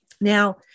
Now